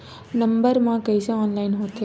Number मा कइसे online होथे?